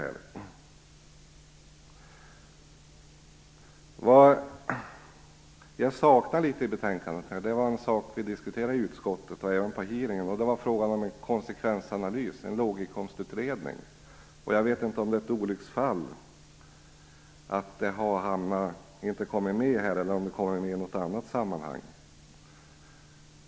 Något som jag saknar litet i betänkandet, som vi diskuterade i utskottet och även vid hearingen, är frågan om en konsekvensanalys - en låginkomstutredning. Jag vet inte om det beror på ett olycksfall att frågan inte har kommit med i betänkandet.